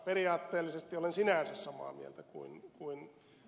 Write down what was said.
periaatteellisesti olen sinänsä samaa mieltä kuin ed